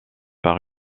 par